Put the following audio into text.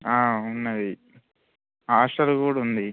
ఆ ఉన్నది హాస్టల్ కూడా ఉంది